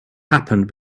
happened